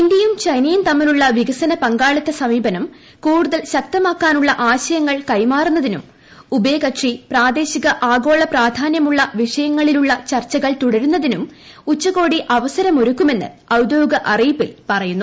ഇൻഡ്യയും ചൈനയും തമ്മിലുളള വികസന പങ്കാളിത്ത സമീപനം കൂടുതൽ ശക്തമാക്കാനുളള ആശയങ്ങൾ കൈമാറുന്നതിനും ഉഭയകക്ഷി പ്രാദേശിക ആഗോള പ്രാധാന്യമുളള വിഷയങ്ങളിലുളള ചർച്ചകൾ തുടരുന്നതിനും ഉച്ചകോടി അവസരമൊരുക്കുമെന്ന് ഔദ്യോഗിക അറിയിപ്പിൽ പറയുന്നു